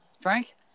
Frank